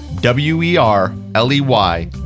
W-E-R-L-E-Y